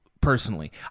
personally